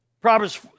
Proverbs